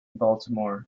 baltimore